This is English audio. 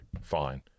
fine